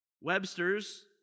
Webster's